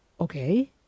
Okay